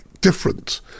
different